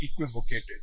equivocated